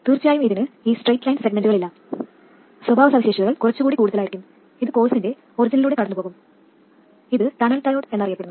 തീർച്ചയായും ഇതിന് ഈ സ്ട്രെയിറ്റ് ലൈൻ സെഗ്മെന്റുകളില്ല സ്വഭാവസവിശേഷതകൾ കുറച്ചുകൂടി കൂടുതലായിരിക്കും ഇത് എന്തായാലും ഒറിജിനിലൂടെ കടന്നുപോകും ഇത് ടണൽ ഡയോഡ് എന്നറിയപ്പെടുന്നു